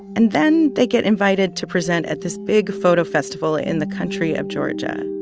and then they get invited to present at this big photo festival in the country of georgia.